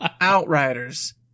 Outriders